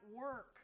work